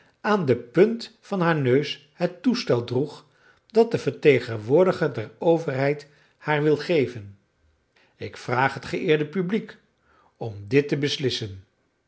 aan de punt van haar neus het toestel droeg dat de vertegenwoordiger der overheid haar wil geven ik vraag het geëerde publiek om dit te beslissen